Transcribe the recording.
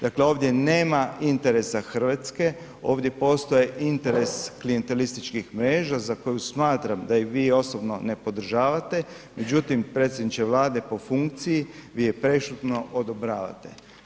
Dakle, ovdje nema interesa RH, ovdje postoji interes klijantelističkih mreža za koju smatram da je i vi osobno ne podržavate, međutim predsjedniče Vlade po funkciji, vi je prešutno odobravate.